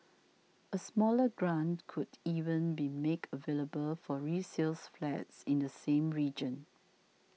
a smaller grant could even be make available for resale flats in the same region